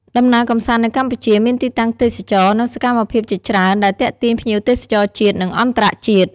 ដំណើរកំសាន្តនៅកម្ពុជា មានទីតាំងទេសចរណ៍និងសកម្មភាពជាច្រើនដែលទាក់ទាញភ្ញៀវទេសចរជាតិ និងអន្តរជាតិ។